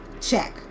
check